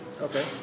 Okay